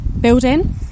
building